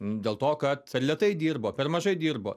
dėl to kad lėtai dirbo per mažai dirbo